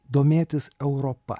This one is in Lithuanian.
domėtis europa